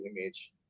image